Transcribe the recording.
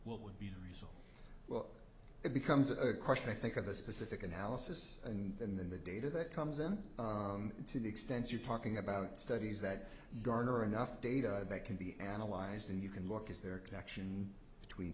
what would be done well it becomes a question i think of a specific analysis and then the data that comes in to the extent you're talking about studies that garner enough data that can be analyzed and you can look is there a connection between